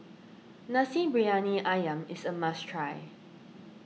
Nasi Briyani Ayam is a must try